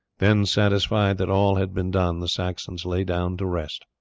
then satisfied that all had been done the saxons lay down to rest.